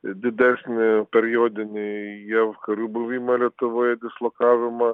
didesnį periodinį jav karių buvimą lietuvoje dislokavimą